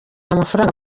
amafaranga